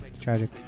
Tragic